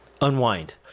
unwind